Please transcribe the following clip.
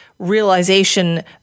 Realization